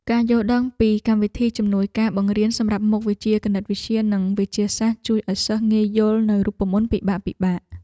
ការយល់ដឹងពីកម្មវិធីជំនួយការបង្រៀនសម្រាប់មុខវិជ្ជាគណិតវិទ្យានិងវិទ្យាសាស្ត្រជួយឱ្យសិស្សងាយយល់នូវរូបមន្តពិបាកៗ។